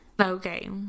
Okay